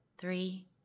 three